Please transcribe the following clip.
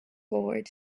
board